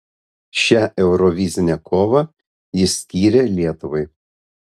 šią eurovizinę kovą jis skyrė lietuvai